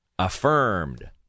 affirmed